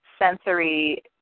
Sensory